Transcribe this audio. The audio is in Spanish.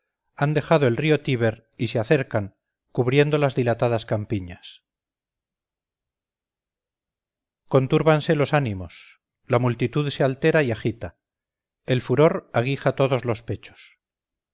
han dejado el río tíber y se acercan cubriendo las dilatadas campiñas contúrbanse los ánimos la multitud se altera y agita el furor aguija todos los pechos